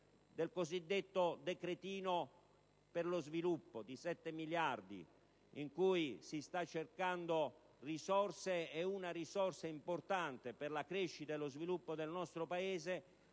nel cosiddetto decretino per lo sviluppo, in cui si stanno cercando risorse, e una risorsa importante per la crescita e lo sviluppo del nostro Paese